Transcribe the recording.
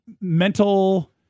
mental